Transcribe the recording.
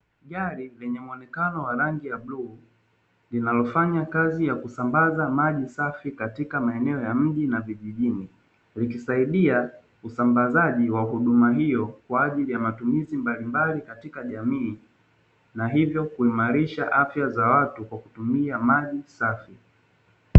Gari linaloonekana rangi ya bluu linalofanya kazi ya kusambaza maji safi katika maeneo ya mji na vijijini, vikisaidia usambazaji wa huduma hizo kwa ajili ya matumizi mbalimbali katika jamii na hivyo kuimarisha afya za watu kwa kutumia maji safi.